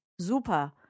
Super